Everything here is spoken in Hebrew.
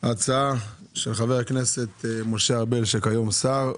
הצעה של חבר הכנסת משה ארבל, שכיום הוא שר,